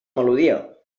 melodia